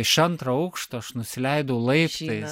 iš antro aukšto aš nusileidau laiptais